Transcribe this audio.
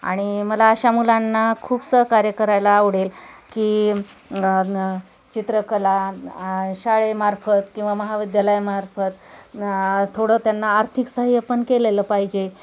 आणि मला अशा मुलांना खूप सहकार्य करायला आवडेल की चित्रकला शाळे मार्फत किंवा महाविद्यालया मार्फत थोडं त्यांना आर्थिक साहाय्य पण केलेलं पाहिजे